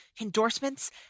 endorsements